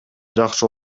жакшы